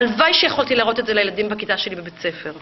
הלוואי שיכולתי לראות את זה לילדים בכיתה שלי בבית הספר